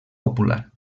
popular